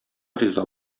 риза